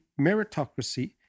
meritocracy